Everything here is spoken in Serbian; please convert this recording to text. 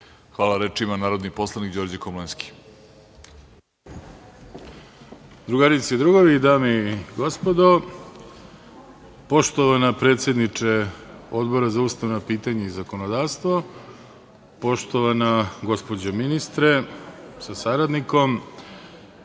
Komlenski. Izvolite. **Đorđe Komlenski** Drugarice i drugovi, dame i gospodo, poštovana predsednice Odbora za ustavna pitanja i zakonodavstvo, poštovana gospođo ministre sa saradnikom,